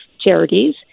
charities